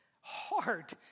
hard